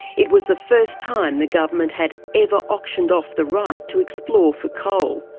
it was the first time the government had ever auctioned off the right to explore for coal,